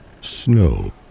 Snow